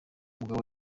mugabo